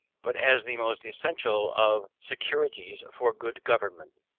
but as the most essential of securities for good government.